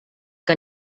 que